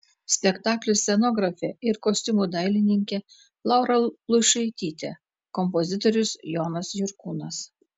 spektaklio scenografė ir kostiumų dailininkė laura luišaitytė kompozitorius jonas jurkūnas